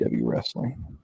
Wrestling